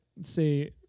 say